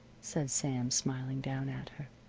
said sam, smiling down at her.